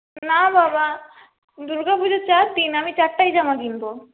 না বাবা দূর্গাপুজা চারদিন আমি চারটাই জামা কিনবো